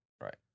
Right